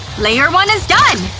layer one is done!